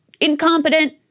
Incompetent